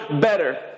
better